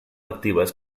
actives